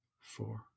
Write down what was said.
four